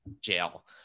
jail